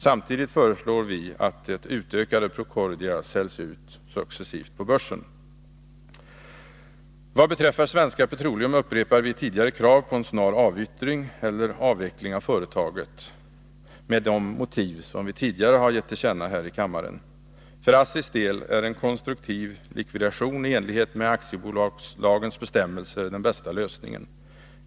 Samtidigt föreslår vi att det utökade Procordia säljs ut successivt på börsen. Vad beträffar Svenska Petroleum upprepar vi tidigare krav på en snar avyttring eller avveckling av företaget, med de motiv som vi tidigare gett till känna här i kammaren. För ASSI:s del är en konstruktiv likvidation i enlighet med aktiebolagslagens bestämmelser den bästa lösningen.